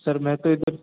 sir मैं तो इधर